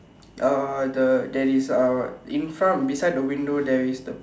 uh the there is a in front beside the window there is the